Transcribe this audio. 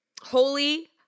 holy